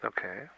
Okay